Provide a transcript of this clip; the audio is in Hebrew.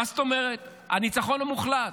מה זאת אומרת הניצחון המוחלט?